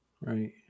right